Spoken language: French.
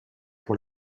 pour